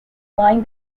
line